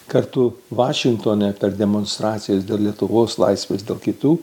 kartu vašingtone per demonstracijas dėl lietuvos laisvės dėl kitų